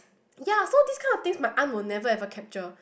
ya so this kind of things my aunt will never ever capture